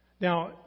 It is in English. Now